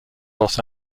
los